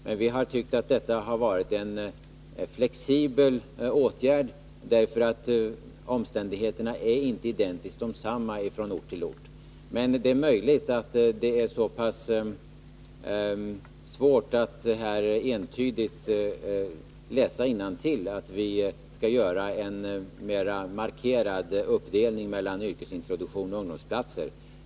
Men vi har tyckt att det varit bra med en flexibel åtgärd, eftersom omständigheterna inte är identiskt desamma från ort till ort. Men det är möjligt att det här är så pass svårt att entydigt läsa innantill att vi skall göra en mer markerad uppdelning mellan yrkesintroduktion och ungdomsplatser.